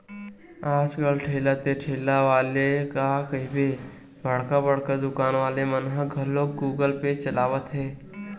आज कल ठेला ते ठेला वाले ला कहिबे बड़का बड़का दुकान वाले मन ह घलोक गुगल पे चलावत हे